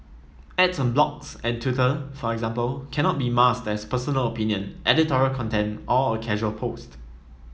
ads on blogs and Twitter for instance cannot be masked as personal opinion editorial content or a casual post